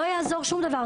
לא יעזור שום דבר.